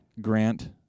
Grant